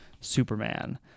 superman